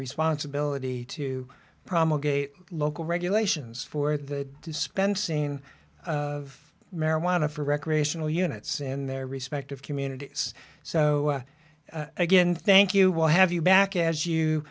responsibility to promulgated local regulations for the dispensing of marijuana for recreational units in their respective communities so again thank you we'll have you back as you